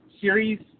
series